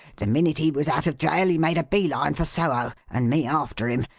the minute he was out of jail he made a beeline for soho, and me after him,